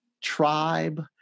tribe